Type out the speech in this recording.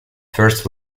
first